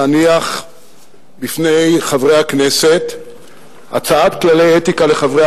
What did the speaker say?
להניח בפני חברי הכנסת הצעת כללי אתיקה לחברי